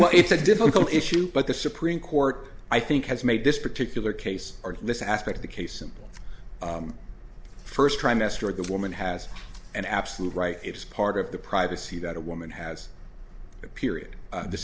but it's a difficult issue but the supreme court i think has made this particular case or this aspect the case simple first trimester the woman has an absolute right it's part of the privacy that a woman has a period